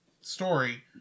story